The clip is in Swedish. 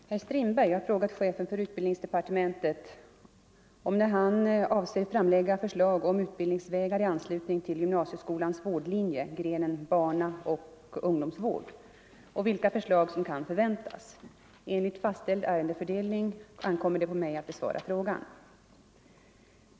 Herr talman! Herr Strindberg har frågat chefen för utbildningsdepartementet om när han avser framlägga förslag om utbildningsvägar i anslutning till gymnasieskolans vårdlinje, grenen barnaoch ungdomsvård, och vilka förslag som kan förväntas. Enligt fastställd ärendefördelning ankommer det på mig att besvara frågan.